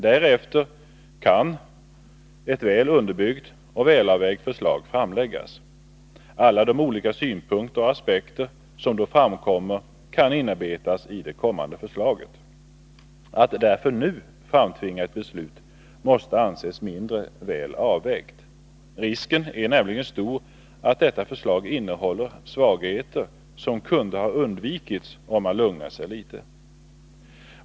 Därefter kan ett väl underbyggt och välavvägt förslag framläggas. Alla de olika synpunkter och aspekter som framkommer i samband med enkäten kan inarbetas i det kommande förslaget. Att nu framtvinga ett beslut måste därför anses vara mindre välbetänkt. Risken är nämligen stor att det nu föreliggande förslaget innehåller svagheter, och dessa kan undanröjas om man lugnar sig litet.